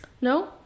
No